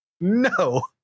no